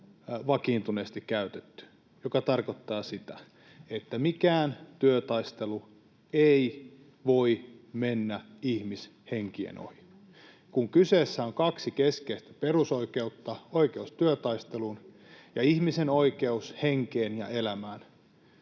vakiintuneesti käytetty, mikä tarkoittaa sitä, että mikään työtaistelu ei voi mennä ihmishenkien ohi. Kun kyseessä on kaksi keskeistä perusoikeutta, oikeus työtaisteluun ja ihmisen oikeus henkeen ja elämään,